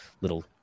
little